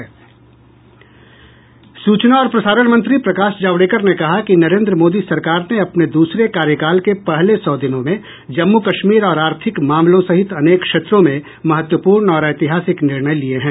सूचना और प्रसारण मंत्री प्रकाश जावड़ेकर ने कहा कि नरेन्द्र मोदी सरकार ने अपने दूसरे कार्यकाल के पहले सौ दिनों में जम्मू कश्मीर और आर्थिक मामलों सहित अनेक क्षेत्रों में महत्वपूर्ण और ऐतिहासिक निर्णय लिए हैं